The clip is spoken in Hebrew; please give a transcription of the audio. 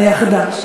היחדה.